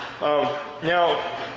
Now